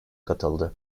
katıldı